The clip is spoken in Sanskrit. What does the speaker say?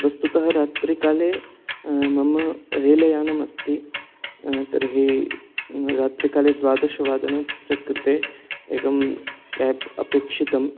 वस्तुतः रात्रिकाले मम रेलयानम् अस्ति तर्हि रात्रिकाले द्वादशवादने तस्य कृते एकं केब् अपेक्षितं